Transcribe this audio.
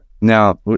Now